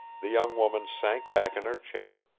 the young woman sank back in her chair,